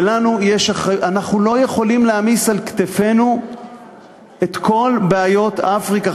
אנחנו לא יכולים להעמיס על כתפינו את כל בעיות אפריקה,